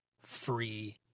free